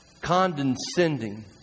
Condescending